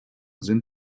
sind